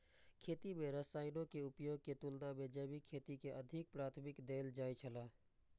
खेती में रसायनों के उपयोग के तुलना में जैविक खेती के अधिक प्राथमिकता देल जाय छला